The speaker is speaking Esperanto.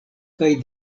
kaj